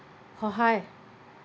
সহায়